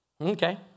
Okay